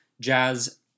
Jazz